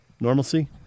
Normalcy